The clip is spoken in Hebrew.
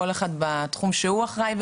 כל אחד בתחום שהוא אחראי לו,